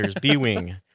B-Wing